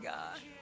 God